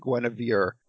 Guinevere